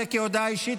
החוצה,